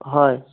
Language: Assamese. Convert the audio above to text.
হয়